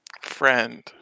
Friend